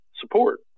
support